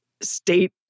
state